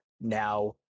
now